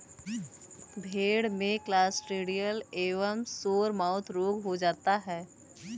भेड़ में क्लॉस्ट्रिडियल एवं सोरमाउथ रोग हो जाता है